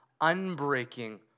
unbreaking